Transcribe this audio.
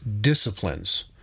disciplines